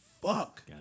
Fuck